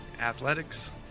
Athletics